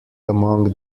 among